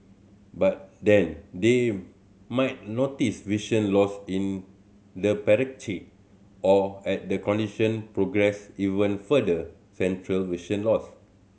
by then they might notice vision loss in the or at the condition progress even further central vision loss